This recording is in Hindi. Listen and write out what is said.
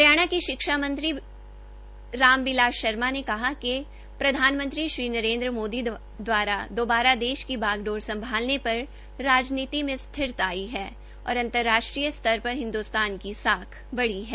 हरियाणा के शिक्षा मंत्रीराम बिलास शर्मा ने कहा है कि प्रधानमंत्री श्री नरेंद्र मोदी दवारा दोबारा देश की बागडोर संभालने पर राजनीति में स्थिरता आई है और अंतर्राष्टय स्तर पर हिंद्स्तान की साख बढ़ी है